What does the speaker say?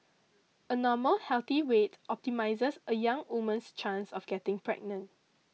a normal healthy weight optimises a young woman's chance of getting pregnant